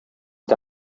que